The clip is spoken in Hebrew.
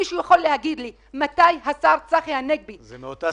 מישהו יכול להגיד לי מתי השר צחי הנגבי --- זה מאותה